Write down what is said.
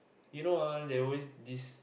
you know ah there always this